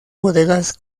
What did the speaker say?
bodegas